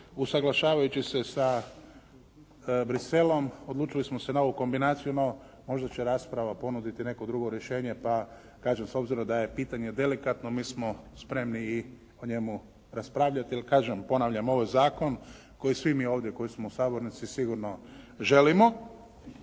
usaglašavajući se sa Bruxellesom odlučili smo se na ovu kombinaciju no možda će rasprava ponuditi neko drugo rješenje pa kažem s obzirom da je pitanje delikatno mi smo spremni i o njemu raspravljati jer kažem, ponavljam ovo je zakon koji svi mi ovdje koji smo u sabornici sigurno želimo